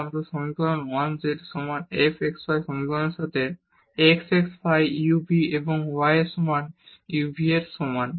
এবং আমাদের এই সমীকরণ 1 z সমান f x y সমীকরণে x হল ফাই u v এবং y এর সমান